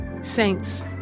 Saints